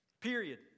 Period